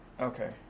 Okay